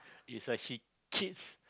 is a hit kits